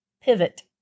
pivot